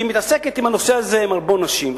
היא מתעסקת בנושא הזה עם הרבה נשים.